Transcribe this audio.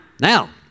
now